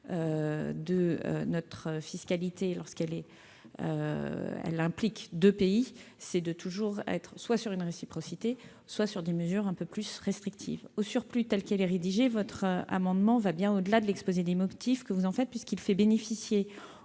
je le rappelle, lorsqu'elle implique deux pays, c'est d'exiger soit une réciprocité, soit des mesures un peu plus restrictives. Au surplus, tel qu'il est rédigé, votre amendement va bien au-delà de l'exposé des motifs que vous présentez puisqu'il fait bénéficier